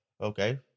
Okay